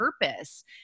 purpose